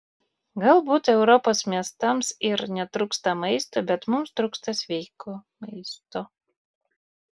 galbūt europos miestams ir netrūksta maisto bet mums trūksta sveiko maisto